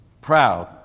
proud